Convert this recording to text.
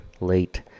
late